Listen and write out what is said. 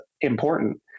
important